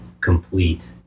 complete